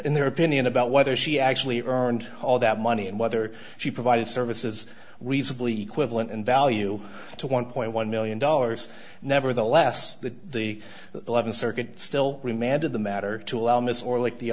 in their opinion about whether she actually earned all that money and whether she provided services reasonably equivalent in value to one point one million dollars nevertheless the the eleventh circuit still remanded the matter to allow miss or like the